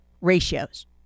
ratios